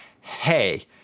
hey-